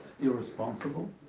irresponsible